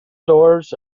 doors